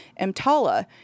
EMTALA